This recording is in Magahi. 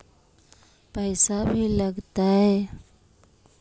पैसा भी लगतय?